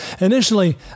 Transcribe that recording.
initially